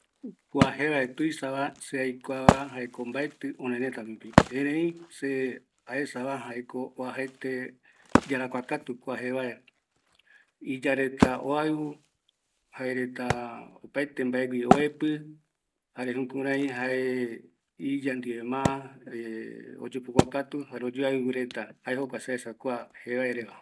Kua jevae tuisava, se aikuava jaeko mbaetɨ örërëta rupi, erei se aesava, jaeko oajaete yarakuakatu kua jevae, iya reta oau, opaete mbae gui oepɨ, jare jukurai iya ndive tata oyopokuakatu, jare oyoaiu reta, jae se aesa vareta